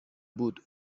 بود